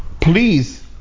please